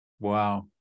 Wow